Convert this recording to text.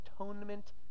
atonement